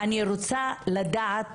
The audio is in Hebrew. אני רוצה לדעת